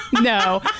no